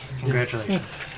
Congratulations